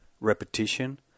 repetition